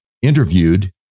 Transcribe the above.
Interviewed